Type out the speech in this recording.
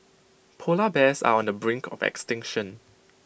Polar Bears are on the brink of extinction